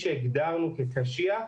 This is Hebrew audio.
שהגדרנו כקשיח,